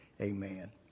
Amen